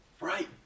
Right